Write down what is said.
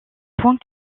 point